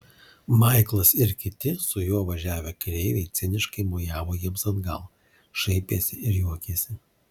maiklas ir kiti su juo važiavę kareiviai ciniškai mojavo jiems atgal šaipėsi ir juokėsi